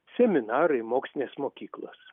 seminarai mokslinės mokyklos